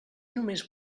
només